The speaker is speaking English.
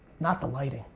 not the lighting.